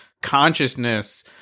consciousness